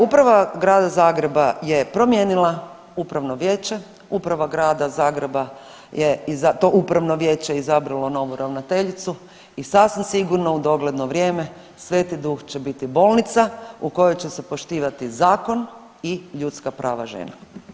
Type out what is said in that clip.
Uprava Grada Zagreba je promijenila upravno vijeće, uprava Grada Zagreba je i za to upravo vijeće izabrala novu ravnateljicu i sasvim sigurno u dogledno vrijeme Sv.Duh će biti bolnica u kojoj će se poštivati zakon i ljudska prava žena.